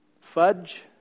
fudge